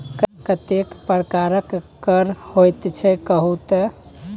कतेक प्रकारक कर होइत छै कहु तए